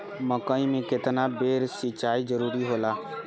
मकई मे केतना बेर सीचाई जरूरी होला?